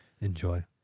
Enjoy